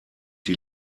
die